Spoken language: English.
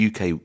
UK